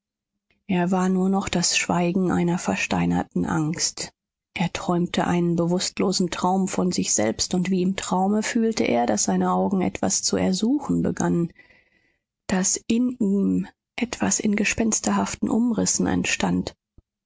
er war nur noch das schweigen einer versteinerten angst er träumte einen bewußtlosen traum von sich selbst und wie im traume fühlte er daß seine augen etwas zu erspähen begannen daß in ihm etwas in gespensterhaften umrissen entstand